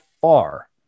Far